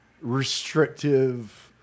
restrictive